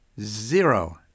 zero